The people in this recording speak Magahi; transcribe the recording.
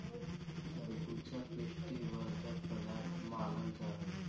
तरबूजा पुष्टि वर्धक पदार्थ मानल जा हई